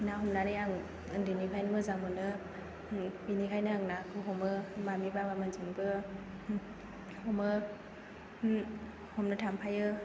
ना हमनानै आं उन्दैनिफायनो मोजां मोनो बेनिखायनो आं नाखौ हमो मामि बाबामोनजोंबो हमो हमनो थांफायो